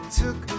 took